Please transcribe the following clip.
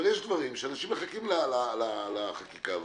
אבל יש דברים שאנשים מחכים לחקיקה הזאת